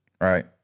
right